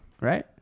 right